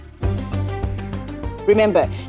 Remember